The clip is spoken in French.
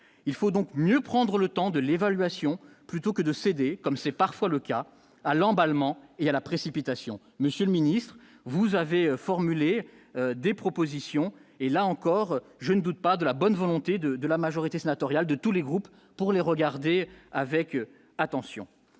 il faut donc mieux prendre le temps de l'évaluation, plutôt que de céder, comme c'est parfois le cas à l'emballement, il y a la précipitation, Monsieur le Ministre, vous avez formulé des propositions, et là encore, je ne doute pas de la bonne volonté de de la majorité sénatoriale de tous les groupes pour les regarder avec attention